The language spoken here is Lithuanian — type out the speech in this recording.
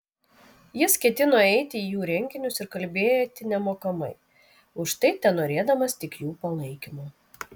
jis ketino eiti į jų renginius ir kalbėti nemokamai už tai tenorėdamas tik jų palaikymo